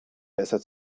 besser